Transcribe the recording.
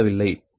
எனவே y12 y21y12